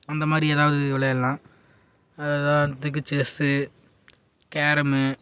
அந்த மாதிரி எதாவது விளையாடலாம் உதாரணத்துக்கு செஸ்ஸு கேரம்மு